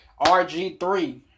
RG3